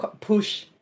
push